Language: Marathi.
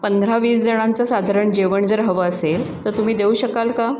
पंधरा वीस जणांचं साधारण जेवण जर हवं असेल तर तुम्ही देऊ शकाल का